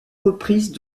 reprises